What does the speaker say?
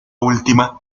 última